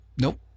Nope